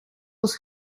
was